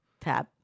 Tap